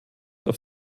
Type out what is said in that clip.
auf